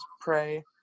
pray